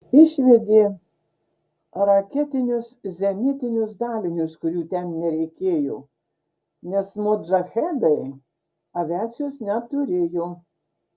išvedė raketinius zenitinius dalinius kurių ten nereikėjo nes modžahedai aviacijos neturėjo